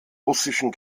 russischen